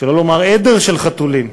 שלא לומר עדר של חתולים.